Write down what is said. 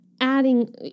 adding